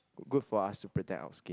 good for us to protect our skin